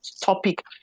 topic